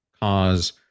cause